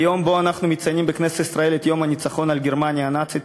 ביום שבו אנחנו מציינים בכנסת ישראל את יום הניצחון על גרמניה הנאצית,